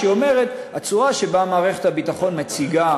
אומרת: הצורה שבה מערכת הביטחון מציגה